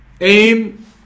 aim